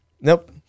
Nope